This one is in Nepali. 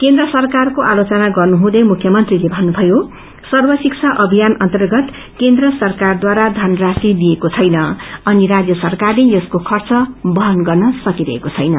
केन्द्र सरकारको आलोचना गर्नुहुँदै मुख्यमंत्रीले भन्नुभयो सर्वशिषा अभियान अव्रगत केन्द्र सरकारवारा धनराषि दिइएको छैन अनि राष्य सरकारले यसको खर्च वहन गर्न सकिरहेको छैन